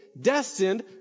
destined